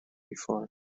before